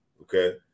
okay